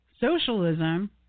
socialism